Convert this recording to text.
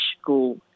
school